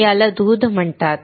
याला दूध म्हणतात